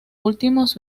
últimos